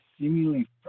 seemingly